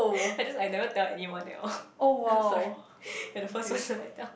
I just I never tell anyone at all oh sorry you're the first person I tell